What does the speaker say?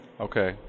Okay